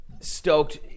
stoked